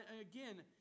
Again